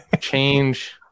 change